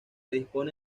dispone